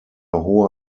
hohe